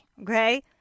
okay